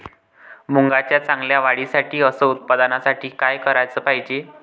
मुंगाच्या चांगल्या वाढीसाठी अस उत्पन्नासाठी का कराच पायजे?